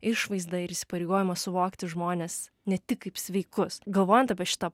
išvaizdą ir įsipareigojimą suvokti žmones ne tik kaip sveikus galvojant apie šitą